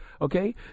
okay